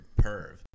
perv